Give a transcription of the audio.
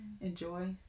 enjoy